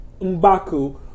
mbaku